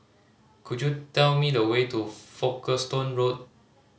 could you tell me the way to Folkestone Road